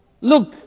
Look